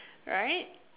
right